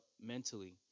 mentally